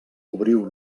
cobriu